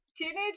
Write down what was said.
Teenage